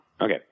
Okay